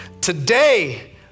Today